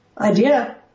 idea